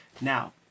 Now